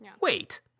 Wait